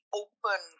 open